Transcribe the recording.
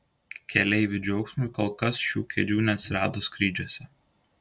keleivių džiaugsmui kol kas šių kėdžių neatsirado skrydžiuose